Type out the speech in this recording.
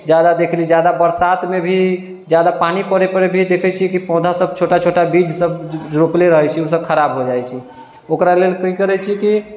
जादा देखली जादा वरसातमे भी जादा पानी पड़े पर देखै छिऐ कि पौधा सब छोटा छोटा बीज सब रोपले रहै छी ओ सब खराब हो जाइ छै ओकरा लेल की करै छी कि